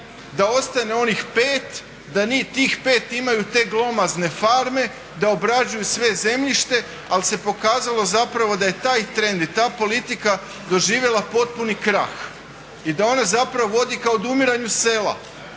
da ostane onih 5, da njih tih 5 imaju te glomazne farme, da obrađuju sve zemljište ali se pokazalo zapravo da je taj trend i ta politika doživjela potpuni krah i da ona zapravo vodi ka odumiranju sela.